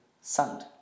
sand